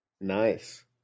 Nice